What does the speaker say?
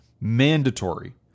mandatory